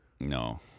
No